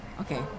Okay